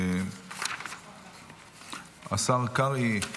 השר קרעי,